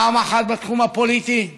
פעם אחת בתחום הפוליטי,